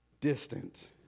distant